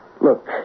Look